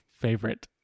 Favorite